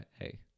Hey